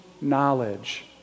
knowledge